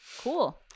cool